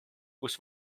kus